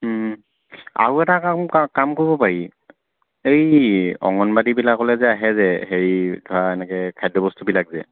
আৰু এটা কাম কাম কৰিব পাৰি এই অংগনবাদীবিলাকলে যে আহে যে হেৰি ধৰা এনেকৈ খাদ্যবস্তুবিলাক যে